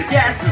Yes